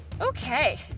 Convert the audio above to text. Okay